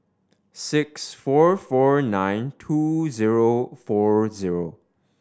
six four four nine two zero four zero